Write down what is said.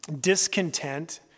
discontent